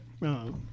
no